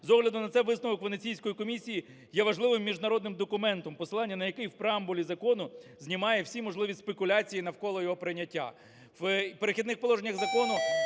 З огляду на це висновок Венеційської комісії є важливим міжнародним документом, посилання на який в преамбулі закону знімає всі можливі спекуляції навколо його прийняття.